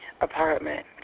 apartment